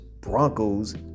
Broncos